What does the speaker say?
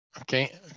Okay